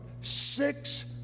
six